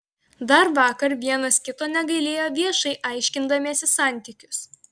dar vakar vienas kito negailėjo viešai aiškindamiesi santykius